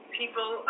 people